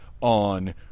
on